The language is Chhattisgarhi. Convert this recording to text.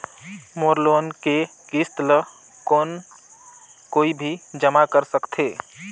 मोर लोन के किस्त ल कौन कोई भी जमा कर सकथे?